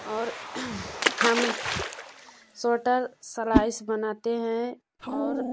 और हम स्वेटर सलाई से बनाते हैं और